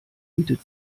bietet